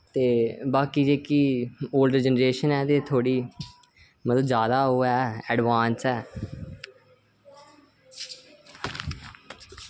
ते बाकी जेह्की ओल्ड जनरेशन ऐ ते थोह्ड़ी मतलब ज्यादा ओह् ऐ एडवांस ऐ